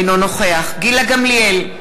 אינו נוכח גילה גמליאל,